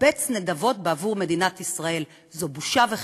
לקבץ נדבות בעבור מדינת ישראל, זו בושה וחרפה.